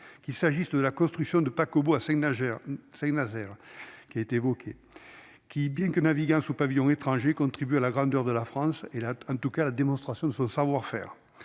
qu'il s'agisse de la construction de paquebots, à Saint-Nazaire Saint-Nazaire qui a été évoqué qui bien que naviguant sous pavillon étranger contribue à la grandeur de la France, et là, en tout cas la démonstration de son savoir-faire,